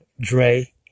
Dre